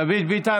דוד ביטן,